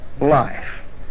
life